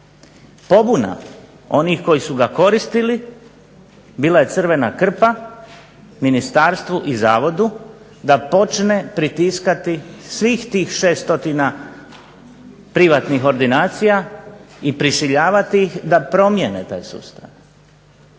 Pobuna onih koji su ga koristili bila je crvena krpa ministarstvu i zavodu da počne pritiskati svih tih 6 stotina privatnih ordinacija i prisiljavati ih da promijene taj sustav.